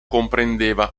comprendeva